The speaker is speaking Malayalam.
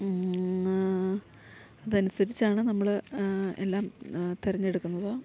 അതനുസരിച്ചാണ് നമ്മള് എല്ലാം തെരഞ്ഞെടുക്കുന്നത്